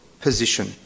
position